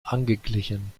angeglichen